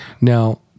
Now